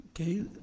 Okay